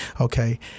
Okay